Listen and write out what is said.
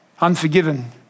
unforgiven